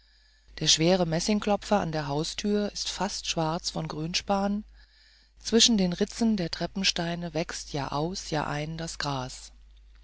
der schwere messingklopfer an der haustür ist fast schwarz von grünspan zwischen den ritzen der treppensteine wächst jahr aus jahr ein das gras